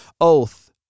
oath